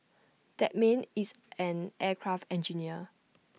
that man is an aircraft engineer